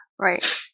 Right